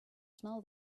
smell